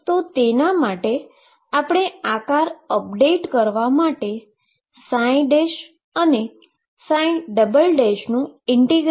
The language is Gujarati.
તો તેના માટે આપણે આકાર અપડેટ કરવા માટે અને નુ ઈન્ટીગ્રેશન કરવાનુ શરૂ કરીએ